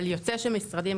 אבל יוצא שמשרדים,